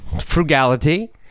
frugality